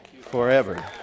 Forever